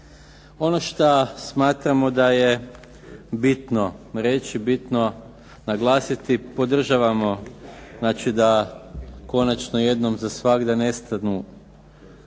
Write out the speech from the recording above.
Ono što smatramo da je bitno reći, bitno naglasiti, podržavamo znači da konačno jednom za svagda nestanu